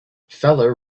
feller